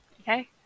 Okay